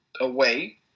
away